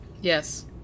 Yes